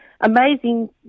amazing